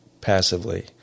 passively